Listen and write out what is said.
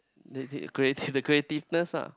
creative the creativeness lah